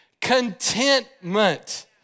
contentment